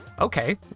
okay